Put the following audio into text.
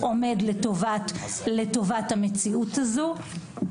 עומד לטובת המציאות הזו.